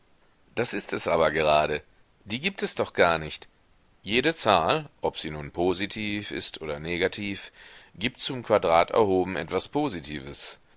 das ist es aber gerade die gibt es doch gar nicht jede zahl ob sie nun positiv ist oder negativ gibt zum quadrat erhoben etwas positives